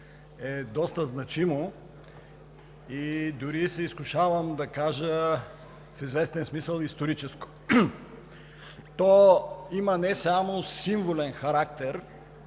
е доста значимо, дори се изкушавам да кажа – в известен смисъл историческо. То има не само символен характер,